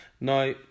Now